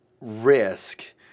risk